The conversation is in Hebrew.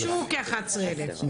ואישרו לכ-11 אלף.